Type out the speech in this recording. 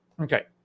Okay